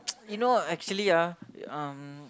you know actually ah um